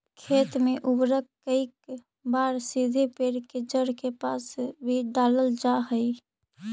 खेत में उर्वरक कईक बार सीधे पेड़ के जड़ के पास भी डालल जा हइ